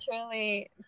truly